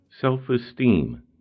self-esteem